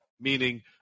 meaning